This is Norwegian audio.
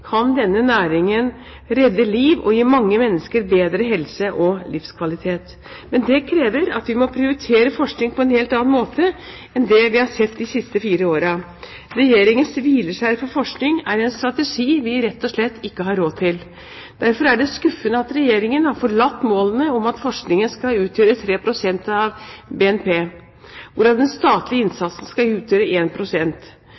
kan denne næringen redde liv og gi mange mennesker bedre helse og livskvalitet. Men det krever at vi må prioritere forskning på en helt annen måte enn det vi har sett de siste fire årene. Regjeringens hvileskjær for forskning er en strategi vi rett og slett ikke har råd til. Derfor er det skuffende at Regjeringen har forlatt målene om at forskningen skal utgjøre 3 pst. av BNP, hvorav den statlige